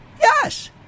yes